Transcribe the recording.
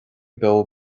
beo